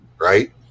right